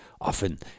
often